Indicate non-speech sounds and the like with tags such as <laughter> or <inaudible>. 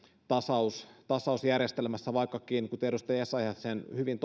tasausjärjestelmässä vaikkakin se tulee jälkikäteen kuten edustaja essayah sen hyvin <unintelligible>